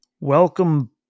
Welcome